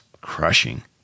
crushing